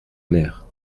mère